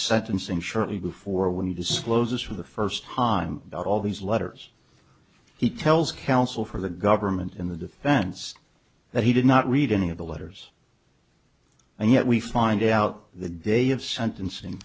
sentencing shortly before when you discloses for the first time about all these letters he tells counsel for the government in the defense that he did not read any of the letters and yet we find out the day of sentencing